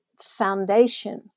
foundation